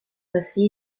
passé